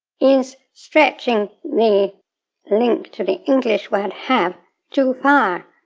is stretching the link to the english word have too far,